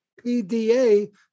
PDA